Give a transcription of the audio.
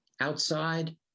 outside